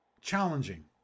challenging